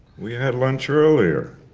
we had lunch earlier.